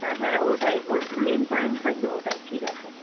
হ্যাঁ হ্যাঁ ওটাই ওর মেন পয়েন্ট থাকবে ওটাই ঠিক আছে